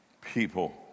people